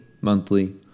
monthly